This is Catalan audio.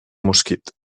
mosquit